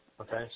Okay